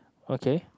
okay